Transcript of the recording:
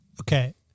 okay